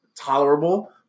tolerable